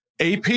AP